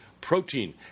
protein